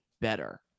better